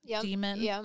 demon